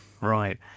right